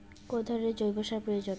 কোন ধরণের জৈব সার প্রয়োজন?